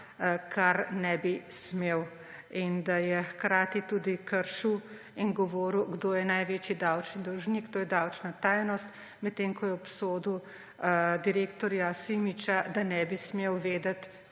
česar ne bi smel. In da je hkrati tudi kršil in govoril, kdo je največji davčni dolžnik, to je davčna tajnost, medtem ko je obsodil direktorja Simiča, da ne bi smel vedeti,